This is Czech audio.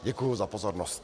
Děkuji za pozornost.